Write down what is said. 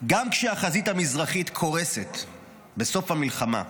גם כשהחזית המזרחית קורסת בסוף המלחמה,